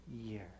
year